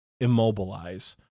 immobilize